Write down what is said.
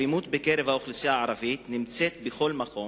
האלימות בקרב האוכלוסייה הערבית נמצאת בכל מקום,